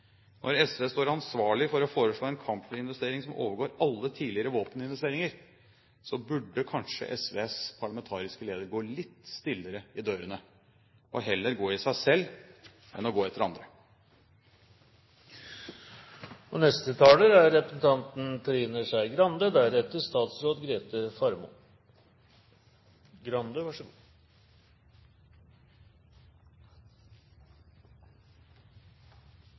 Når SV står ansvarlig for å foreslå en kampflyinvestering som overgår alle tidligere våpeninvesteringer, burde kanskje SVs parlamentariske leder gå litt stillere i dørene – og heller gå i seg selv enn å gå etter andre.